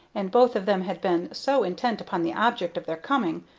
and both of them had been so intent upon the object of their coming,